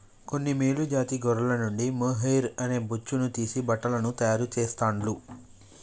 కొన్ని మేలు జాతి గొర్రెల నుండి మొహైయిర్ అనే బొచ్చును తీసి బట్టలను తాయారు చెస్తాండ్లు